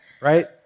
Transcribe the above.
right